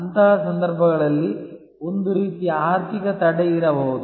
ಅಂತಹ ಸಂದರ್ಭಗಳಲ್ಲಿ ಒಂದು ರೀತಿಯ ಆರ್ಥಿಕ ತಡೆ ಇರಬಹುದು